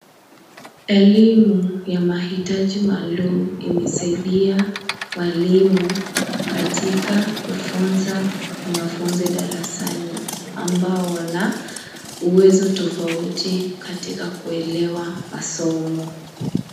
Elimu ya mahitaji maalum imesaidia walimu katika kufunza wanafunzi darasani ambao wana uwezo tofauti katika kuelewa masomo.